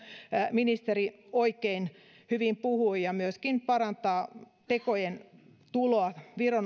ministeri oikein hyvin puhui ja myöskin parantaa tekojen tuloa